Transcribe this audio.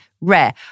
rare